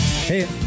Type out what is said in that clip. Hey